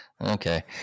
Okay